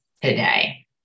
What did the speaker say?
today